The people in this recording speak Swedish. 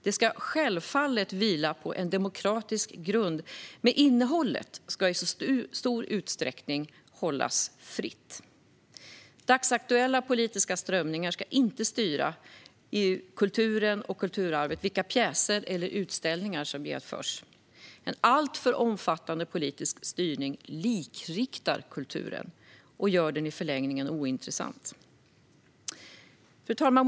De ska självfallet vila på en demokratisk grund, men innehållet ska i stor utsträckning hållas fritt. Dagsaktuella politiska strömningar ska inte styra vilka pjäser eller utställningar som genomförs. En alltför omfattande politisk styrning likriktar kulturen och gör den i förlängningen ointressant. Fru talman!